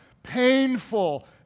painful